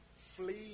Flee